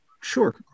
Sure